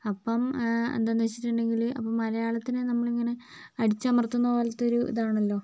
അപ്പം എന്താണെന്ന് വച്ചിട്ടുണ്ടെങ്കിൽ അപ്പം മലയാളത്തിനെ നമ്മളിങ്ങനെ അടിച്ചമർത്തുന്ന പോലെത്തൊരു ഇതാണല്ലോ